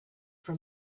for